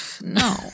no